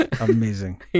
amazing